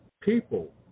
people